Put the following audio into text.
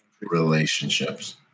Relationships